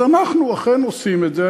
אז אנחנו אכן עושים את זה.